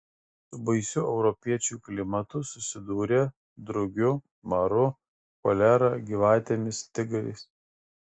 su baisiu europiečiui klimatu susidūrė drugiu maru cholera gyvatėmis tigrais